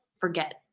forget